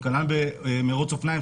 כנ"ל במרוץ אופניים,